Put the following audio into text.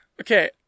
Okay